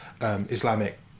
Islamic